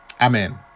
Amen